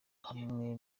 hamwe